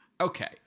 Okay